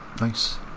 Nice